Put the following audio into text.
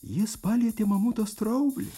jis palietė mamuto straublį